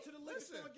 listen